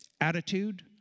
Attitude